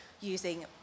using